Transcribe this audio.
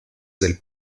del